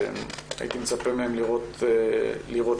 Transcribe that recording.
והייתי מצפה מהם לראות שינויים.